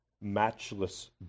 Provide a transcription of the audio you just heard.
matchless